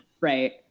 right